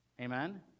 amen